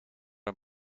een